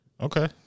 Okay